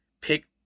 pick